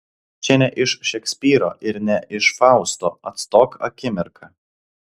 čia ne iš šekspyro ir ne iš fausto atstok akimirka